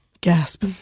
Gasp